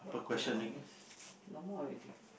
two hours no more already